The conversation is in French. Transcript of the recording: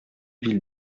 ville